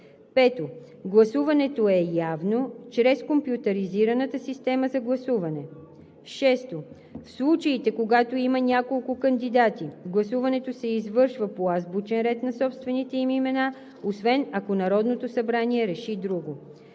5. Гласуването е явно чрез компютризираната система за гласуване. 6. В случаите, когато има няколко кандидати, гласуването се извършва по азбучен ред на собствените им имена, освен ако Народното събрание реши друго.